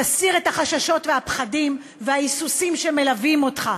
תסיר את החששות והפחדים וההיסוסים שמלווים אותך,